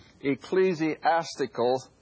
ecclesiastical